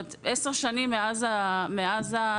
10 שנים מאז ההנפקה.